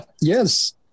yes